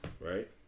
right